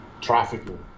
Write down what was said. trafficking